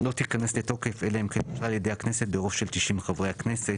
לא תיכנס לתוקף אלא אם כן אושרה על ידי הכנסת ברוב של תשעים חברי הכנסת.